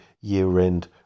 year-end